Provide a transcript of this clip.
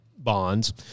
bonds